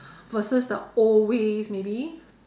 versus the old ways maybe